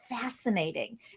fascinating